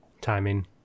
timing